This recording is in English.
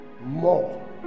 More